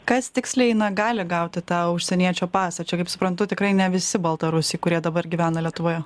kas tiksliai na gali gauti tą užsieniečio pasą čia kaip suprantu tikrai ne visi baltarusiai kurie dabar gyvena lietuvoje